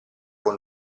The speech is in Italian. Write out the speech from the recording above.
con